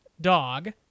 dog